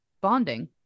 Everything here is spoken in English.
bonding